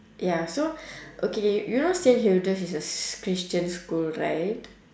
ya so okay you know saint hilda is a s~ christian school right